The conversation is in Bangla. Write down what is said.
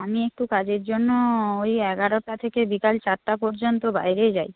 আমি একটু কাজের জন্য ওই এগারোটা থেকে বিকেল চারটে পর্যন্ত বাইরে যাই